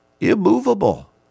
immovable